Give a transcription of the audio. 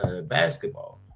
basketball